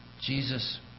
Jesus